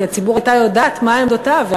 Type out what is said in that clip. כי הציבור הייתה יודעת מה עמדותיו,